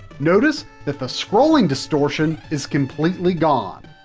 notice that the scrolling distortion is completely gone.